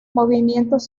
movimientos